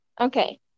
Okay